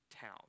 town